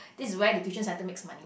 this is where the tuition center makes money